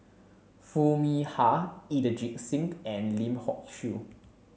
Foo Mee Har Inderjit Singh and Lim Hock Siew